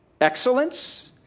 excellence